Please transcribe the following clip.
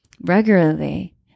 regularly